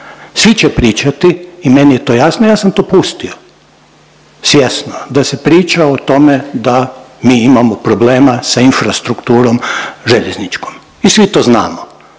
Svi će pričati i meni je to jasno, ja sam to pustio. Svjesno, da se priča o tome da mi imamo problema sa infrastrukturom željezničkom i svi to znamo.